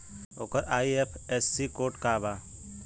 ओकर IFSC code का बा?